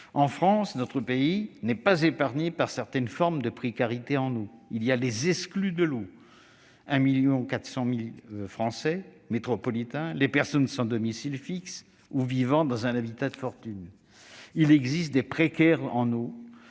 potable. Notre pays n'est pas épargné par certaines formes de précarité en eau. Il y a les « exclus de l'eau »: 1,4 million de Français métropolitains, les personnes sans domicile fixe ou vivant dans des habitats de fortune. Il existe aussi les « précaires en eau